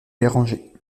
bérenger